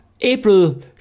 April